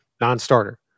non-starter